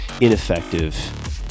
ineffective